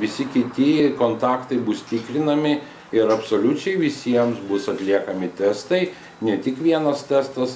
visi kiti kontaktai bus tikrinami ir absoliučiai visiems bus atliekami testai ne tik vienas testas